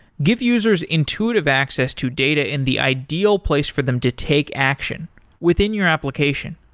give users intuitive access to data in the ideal place for them to take action within your application.